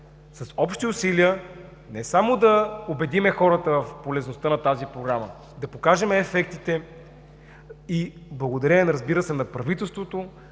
с общи усилия не само да убедим хората в полезността на тази Програма, да покажем ефектите. Благодаря, разбира се, и на правителството,